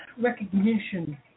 recognition